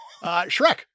Shrek